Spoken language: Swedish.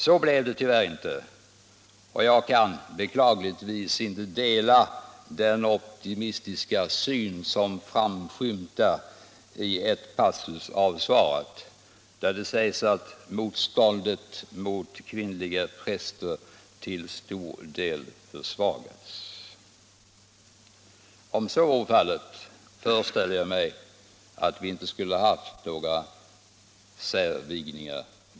Så blev det inte, och jag kan tyvärr inte dela den optimistiska syn som framskymtar i den passus av svaret där det sägs, att motståndet mot kvinnliga präster till stor del försvagats. Om så hade varit fallet, föreställer jag mig att vi i år inte skulle ha haft några särvigningar.